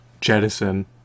jettison